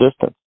distance